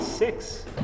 Six